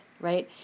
right